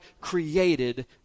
created